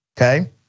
okay